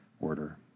order